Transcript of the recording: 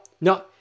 no